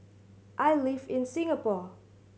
I live in Singapore